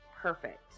perfect